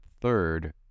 third